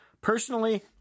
Personally